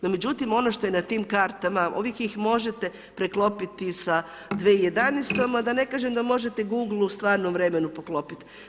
No, međutim, ono što je na tim kartama, uvijek ih možete preklopiti sa 2011. a da ne kažem da možete Google u stvarnom vremenu poklopiti.